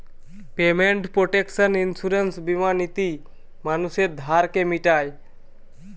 payment protection insurance বীমা নীতি মানুষের ধারকে মিটায়